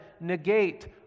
negate